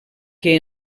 que